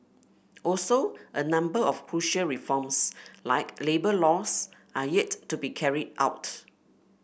also a number of crucial reforms like labour laws are yet to be carried out